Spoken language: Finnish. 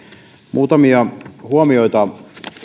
muutamia huomioita